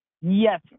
yes